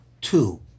two